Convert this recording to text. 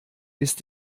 ist